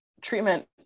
treatment